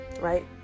right